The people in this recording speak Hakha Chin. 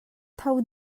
tho